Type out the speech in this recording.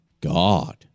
God